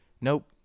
nope